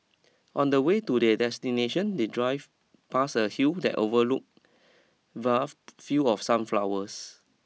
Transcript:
on the way to their destination they drive past a hill that overlooked vast field of sunflowers